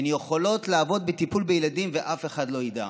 הן יכולות לעבוד בטיפול בילדים ואף אחד לא ידע.